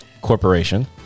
corporation